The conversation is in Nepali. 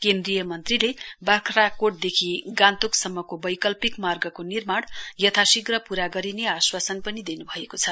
केन्द्रीय मन्त्रीले बाख्राकोटदेखि गान्तोसम्मको वैकल्पिक मार्गको निर्माण यथाशीघ्र पूरा गरिने आश्वासन दिन् भएको छ